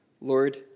Lord